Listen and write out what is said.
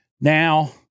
Now